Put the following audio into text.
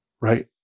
right